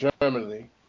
Germany